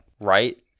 Right